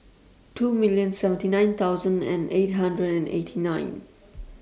two million seventy nine thsoud and eight hundred and eight nine